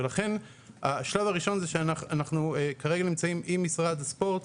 אנחנו כרגע נמצאים עם משרד הספורט,